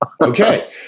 okay